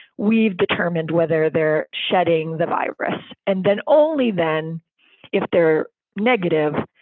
we've determined whether they're shedding the virus and then only then if they're negative,